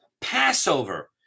Passover